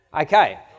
Okay